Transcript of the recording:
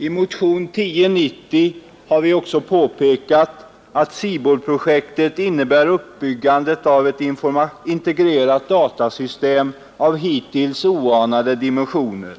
I motion 1090 har vi också påpekat att SIBOL-projektet innebär uppbyggandet av ett integrerat datasystem av hittills oanade dimensioner.